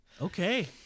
Okay